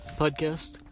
podcast